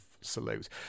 Salute